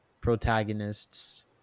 protagonists